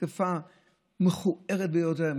התקפה מכוערת ביותר,